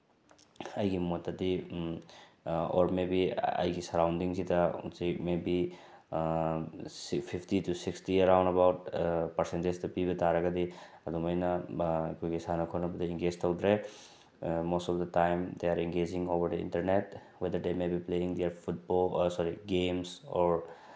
ꯑꯩꯒꯤ ꯃꯣꯠꯇꯗꯤ or maybe ꯑꯩꯒꯤ ꯁꯔꯥꯎꯟꯗꯤꯡꯁꯤꯗ ꯍꯧꯖꯤꯛ maybe say fifty to sixty around about ꯄꯥꯔꯁꯦꯟꯇꯦꯁꯇ ꯄꯤꯕ ꯇꯥꯔꯒꯗꯤ ꯑꯗꯨꯃꯥꯏꯅ ꯑꯩꯈꯣꯏꯒꯤ ꯁꯥꯟꯅ ꯈꯣꯠꯅꯕꯗ ꯏꯪꯒꯦꯁ ꯇꯧꯗ꯭ꯔꯦ most of the time they are engaging over the internet whether they maybe playing dear sorry games or